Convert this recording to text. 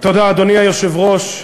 אדוני היושב-ראש,